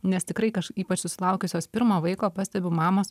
nes tikrai kaž ypač susilaukusios pirmo vaiko pastebi mamos